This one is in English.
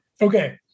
okay